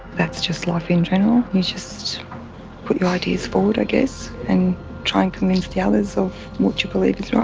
that's just life in general. you just put your ideas forward, i guess, and try and convince the others of what you believe is right.